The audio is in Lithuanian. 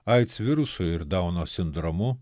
aids virusu ir dauno sindromu